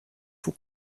fou